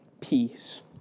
peace